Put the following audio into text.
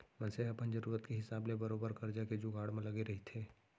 मनसे ह अपन जरुरत के हिसाब ले बरोबर करजा के जुगाड़ म लगे रहिथे